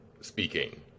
Speaking